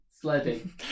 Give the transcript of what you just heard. Sledding